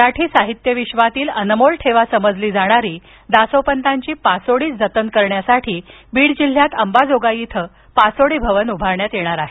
मराठी साहित्य विश्वातील अनमोल ठेवा समजली जाणारी दासोपंतांची पासोडी जतन करण्यासाठी बीड जिल्ह्यात अंबाजोगाई इथं पासोडी भवन उभारण्यात येणार आहे